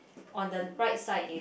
on the right side it